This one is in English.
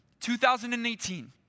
2018